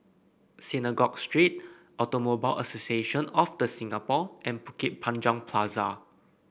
Synagogue Street Automobile Association of The Singapore and Bukit Panjang Plaza